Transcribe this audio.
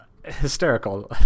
hysterical